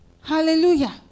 Hallelujah